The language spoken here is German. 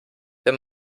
wenn